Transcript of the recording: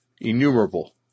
innumerable